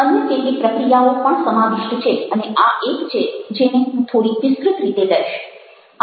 અન્ય કેટલીક પ્રક્રિયાઓ પણ સમાવિષ્ટ છે અને આ એક છે જેને હું થોડી વિસ્તૃત રીતે લઈશ